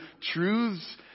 truths